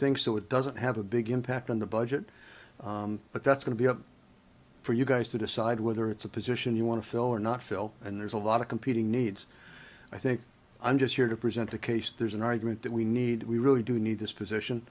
things so it doesn't have a big impact on the budget but that's going to be up for you guys to decide whether it's a position you want to fill or not fill and there's a lot of competing needs i think i'm just here to present a case there's an argument that we need we really do need this position